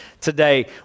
today